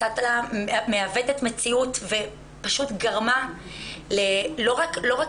סטלה מעוותת מציאות ופשוט גרמה לא רק